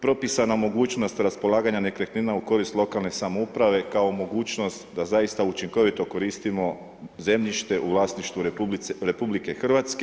Propisana mogućnost raspolaganja nekretnina u korist lokalne samouprave kao mogućnost da zaista učinkovito koristimo zemljište u vlasništvu RH.